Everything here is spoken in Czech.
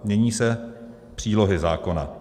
Mění se přílohy zákona.